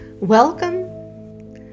Welcome